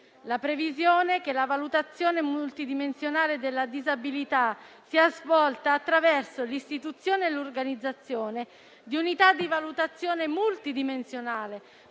previsione che la valutazione multidimensionale della disabilità sia svolta attraverso l'istituzione e l'organizzazione di unità di valutazione multidimensionale,